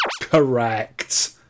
correct